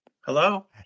Hello